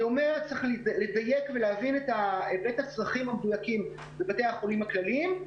צריך לדייק ולהבין את הצרכים המדויקים בבתי החולים הכלליים,